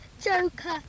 Joker